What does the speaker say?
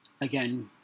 Again